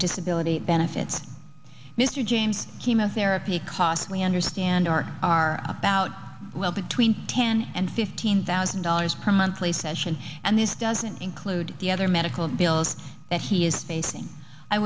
disability benefits mr james chemotherapy costs we understand or are about well between ten and fifteen thousand dollars per month play session and this doesn't include the other medical bills that he is facing i